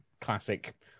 classic